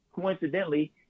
coincidentally